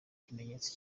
ikimenyetso